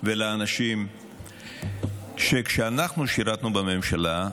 ולאנשים שכאשר אנחנו שירתנו בממשלה,